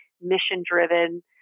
mission-driven